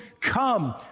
Come